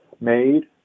made